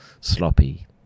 sloppy